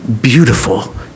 beautiful